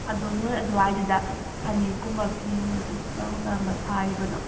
ꯑꯗꯣ ꯅꯣꯏ ꯑꯗꯨꯋꯥꯏꯗꯨꯗ ꯐꯅꯦꯛꯀꯨꯝꯕ ꯐꯤꯒꯨꯝꯕꯁꯤ ꯀꯔꯝ ꯀꯔꯝꯕ ꯁꯥꯔꯤꯕꯅꯣ